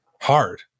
hard